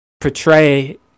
portray